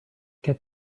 get